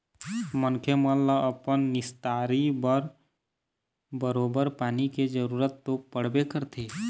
मनखे मन ल अपन निस्तारी बर बरोबर पानी के जरुरत तो पड़बे करथे